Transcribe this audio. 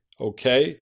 okay